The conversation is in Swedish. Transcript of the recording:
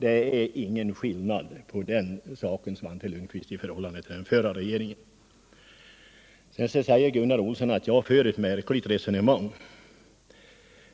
I det fallet är det ingen skillnad i förhållande till den förra regeringen, Svante Lundkvist. 'Gunnar Olsson säger att jag för ett märkligt resonemang